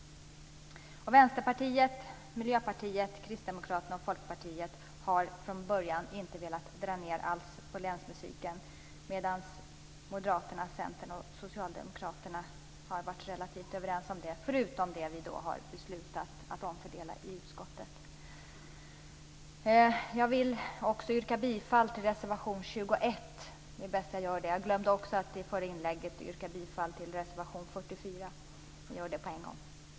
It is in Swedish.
Vänsterpartiet, Miljöpartiet, Kristdemokraterna och Folkpartiet har från början inte velat dra ned alls på anslaget till länsmusiken, medan Moderaterna, Centern och Socialdemokraterna har varit relativt överens, förutom vad gäller det som vi i utskottet har beslutat att omfördela. Jag vill yrka bifall till reservation 21. Jag glömde i mitt förra inlägg att yrka bifall till reservation 44, så jag gör det på en gång.